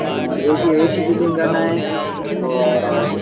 हाँ एक ये ऐ सी फ़िटींग करना है और